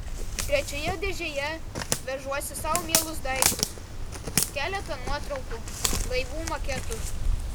trečioje dėžėje vežuosi sau mielus daiktus keletą nuotraukų laivų maketus